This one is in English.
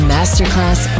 Masterclass